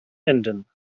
enden